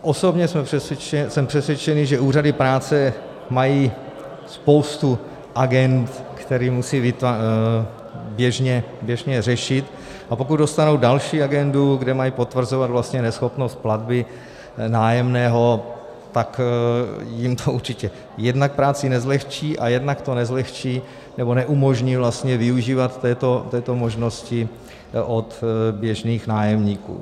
Osobně jsem přesvědčen, že úřady práce mají spoustu agend, které musí běžně řešit, a pokud dostanou další agendu, kde mají potvrzovat vlastně neschopnost platby nájemného, tak jim to určitě jednak práci nezlehčí a jednak to nezlehčí nebo neumožní vlastně využívat této možnosti od běžných nájemníků.